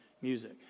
music